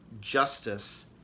justice